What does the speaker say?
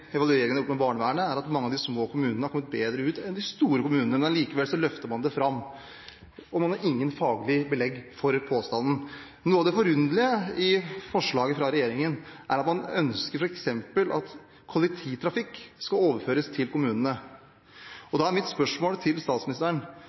barnevernet, viser at mange av de små kommunene har kommet bedre ut enn de store kommunene. Likevel løfter man det fram, og man har ingen faglige belegg for påstanden. Noe av det forunderlige i forslaget fra regjeringen er at man ønsker at f.eks. kollektivtrafikk skal overføres til kommunene. Da er mitt spørsmål til statsministeren: